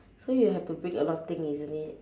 so you have to bring a lot of thing isn't it